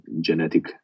genetic